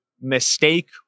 mistake